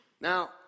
Now